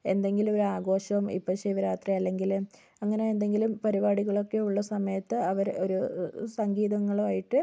എന്തെങ്കിലും ഒരാഘോഷം ഇപ്പം ശിവരാത്രി അല്ലെങ്കിൽ അങ്ങനെ എന്തെങ്കിലും പരിപാടികളൊക്കെ ഉള്ള സമയത്ത് അവർ ഒരു സംഗീതങ്ങളുമായിട്ട്